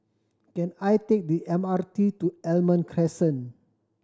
can I take the M R T to Almond Crescent